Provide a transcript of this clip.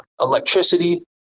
electricity